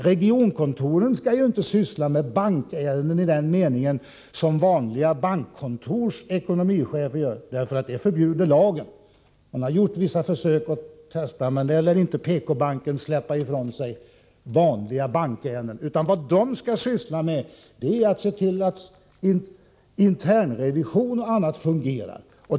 Regionkontoren skall ju inte syssla med bankärenden i den mening som vanliga bankkontor och deras ekonomichefer gör. Detta förbjuder lagen. Man har gjort vissa försök, men PK-banken lär inte släppa ifrån sig vanliga bankärenden. Vad regionkontoren skall göra är att se till att internrevision och annat fungerar.